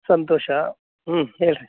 ಸಂತೋಷ ಹ್ಞೂ ಹೇಳಿ ರಿ